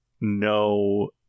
no